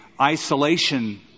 isolation